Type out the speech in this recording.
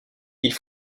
ils